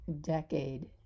decade